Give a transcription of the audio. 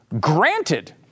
granted